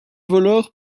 voleur